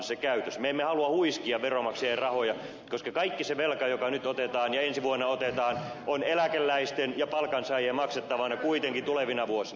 me emme halua huiskia veronmaksajien rahoja koska kaikki se velka joka nyt otetaan ja ensi vuonna otetaan on eläkeläisten ja palkansaajien maksettavana kuitenkin tulevina vuosina